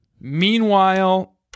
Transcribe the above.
Meanwhile